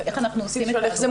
איך זה מונגש,